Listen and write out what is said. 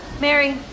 Mary